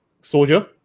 soldier